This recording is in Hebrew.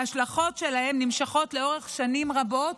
וההשלכות שלהן נמשכות לאורך שנים רבות.